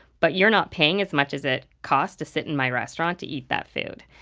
but you're not paying as much as it costs to sit in my restaurant to eat that food.